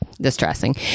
distressing